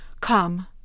come